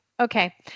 Okay